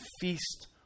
feast